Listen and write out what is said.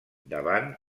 davant